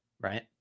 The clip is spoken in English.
right